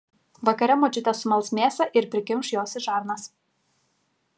vakare močiutė sumals mėsą ir prikimš jos į žarnas